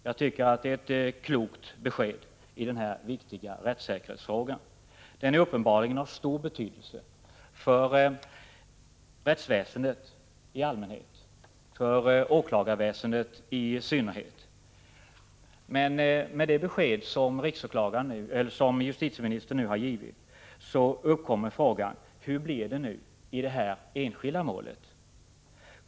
Jag tycker att justitieministern ger ett klokt besked i denna viktiga rättssäkerhetsfråga, som uppenbarligen är av stor betydelse för rättsväsendet i allmänhet och åklagarväsendet i synnerhet. Med anledning av det besked som justitieministern här har givit uppkommer frågan: Hur blir det nu i det nämnda enskilda målet?